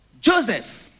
Joseph